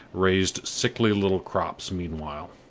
raised sickly little crops meanwhile,